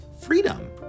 freedom